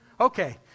Okay